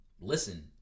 Listen